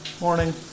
Morning